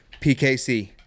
PKC